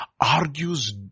argues